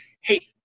hey